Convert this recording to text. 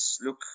look